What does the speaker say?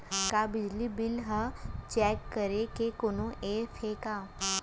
का बिजली बिल ल चेक करे के कोनो ऐप्प हे का?